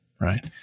right